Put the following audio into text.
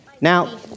Now